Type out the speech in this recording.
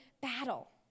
battle